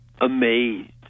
amazed